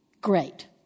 great